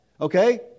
Okay